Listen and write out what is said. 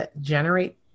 generate